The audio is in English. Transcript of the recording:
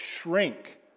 shrink